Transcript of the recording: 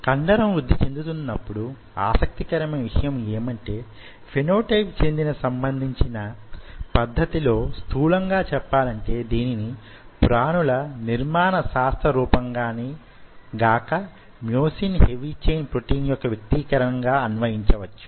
కండరం వృద్ధి చెందుతున్నప్పుడు ఆసక్తికరమైన విషయం యేమంటే ఫెనో టైప్ కి సంబంధించిన పద్ధతిలో స్థూలంగా చెప్పాలంటే దీనిని ప్రాణుల నిర్మాణ శాస్త్ర రూపంగానే గాక మ్యోసిన్ హెవీ ఛైన్ ప్రోటీన్ యొక్క వ్యక్తీకరణగా కూడా అన్వయించవచ్చు